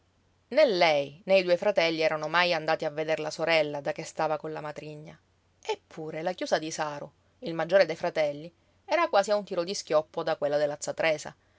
né lei né i due fratelli erano mai andati a veder la sorella da che stava con la matrigna eppure la chiusa di saru il maggiore dei fratelli era quasi a un tiro di schioppo da quella della z tresa